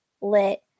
lit